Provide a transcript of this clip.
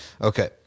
Okay